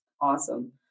Awesome